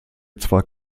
zwar